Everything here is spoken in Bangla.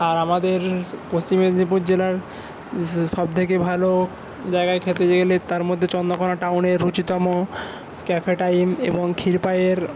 আর আমাদের পশ্চিম মেদিনীপুর জেলার সবথেকে ভালো জায়গায় খেতে গেলে তার মধ্যে চন্দ্রকোনা টাউনের রুচিতম ক্যাফে টাইম খিরপাইয়ের